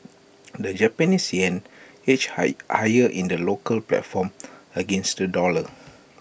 the Japanese Yen edged high higher in the local platform against the dollar